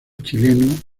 chileno